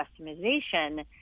customization